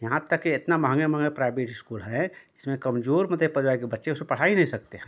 यहाँ तक के इतना महंगे महंगे प्राइबेट इस्कूल हैं जिसमें कमजोर मध्य परिवार के बच्चे उसमें पढ़ा ही नही सकते हैं